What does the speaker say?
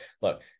look